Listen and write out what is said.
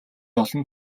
олон